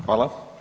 Hvala.